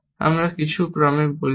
আমরা কিছু ক্রমে বলছি